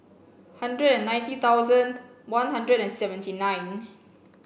hundred and ninety thousand one hundred and seventy nine